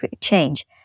change